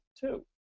two